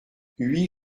huit